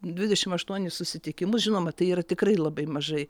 dvidešim aštuonis susitikimus žinoma tai yra tikrai labai mažai